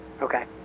Okay